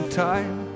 time